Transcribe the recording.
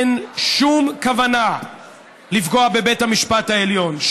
אין שום כוונה לפגוע בבית המשפט העליון,